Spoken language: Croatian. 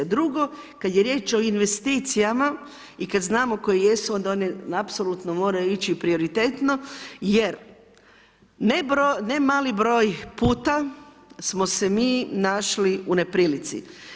Drugo, kada je riječ o investicijama i kada znamo koje jesu onda one apsolutno moraju ići prioritetno jer ne mali broj puta samo se mi našli u neprilici.